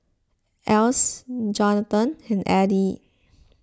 Alyce Jonatan and Eddy